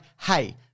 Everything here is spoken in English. hey